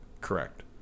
Correct